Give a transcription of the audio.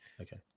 okay